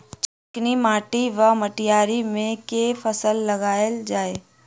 चिकनी माटि वा मटीयारी मे केँ फसल लगाएल जाए?